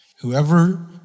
whoever